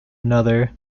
another